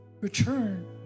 return